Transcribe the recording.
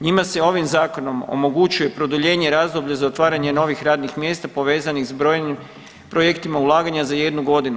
Njima se ovim zakonom omogućuje produljenje razdoblja za otvaranje novih radnih mjesta povezanih s brojnim projektima ulaganja za jednu godinu.